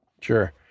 Sure